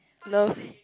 love